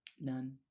None